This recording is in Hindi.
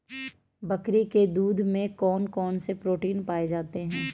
बकरी के दूध में कौन कौनसे प्रोटीन पाए जाते हैं?